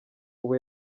ubu